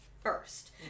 first